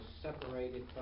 separated